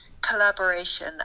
collaboration